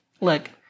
look